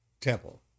temple